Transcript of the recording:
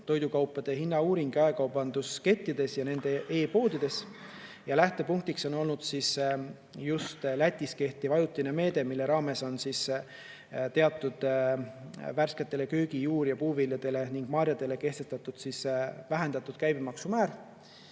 toidukaupade hinna kohta jaekaubanduskettides ja nende e-poodides. Lähtepunktiks oli just Lätis kehtiv ajutine meede, mille raames on teatud värsketele köögi‑, juur‑ ja puuviljadele ning marjadele kehtestatud vähendatud käibemaksumäär.